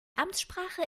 amtssprache